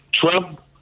Trump